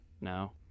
No